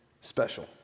special